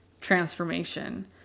transformation